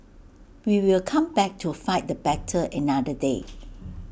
we will come back to fight the battle another day